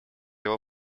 его